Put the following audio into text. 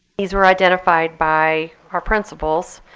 these were identified by our principals.